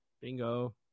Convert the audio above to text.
Bingo